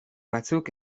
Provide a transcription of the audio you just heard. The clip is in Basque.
batzuk